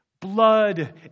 blood